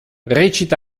recita